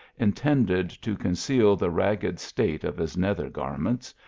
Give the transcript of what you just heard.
intended to conceal the ragged state of his nether garments,